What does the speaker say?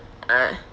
uh